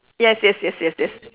yes yes yes yes yes